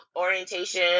orientation